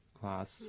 class